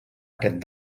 aquest